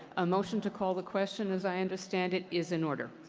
a motion to call the question, as i understand it, is in order.